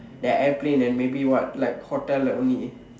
that airplane and maybe what like hotel only